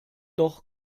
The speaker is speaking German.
doch